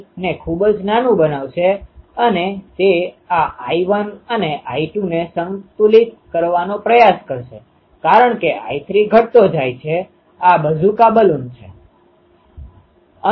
તેથી તે I3 ને ખૂબ જ નાનું બનાવશે અને તે આ I1 અને I2 ને સંતુલિત કરવાનો પ્રયાસ કરશે કારણ કે I3 ઘટતો જાય છે આ બઝુકા બાલુન છે